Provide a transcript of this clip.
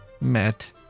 met